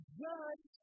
judge